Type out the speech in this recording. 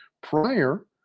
prior